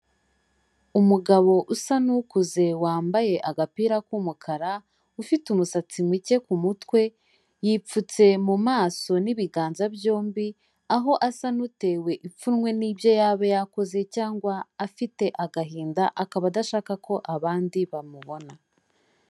Umugabo usa n'ukuze wambaye agapira k'umukara ufite umusatsi muke ku mutwe yipfutse mu maso n'ibiganza byombi aho asa n'utewe ipfunwe n'ibyo yaba yakoze cyangwa afite agahinda akaba adashaka ko abandi bamubona.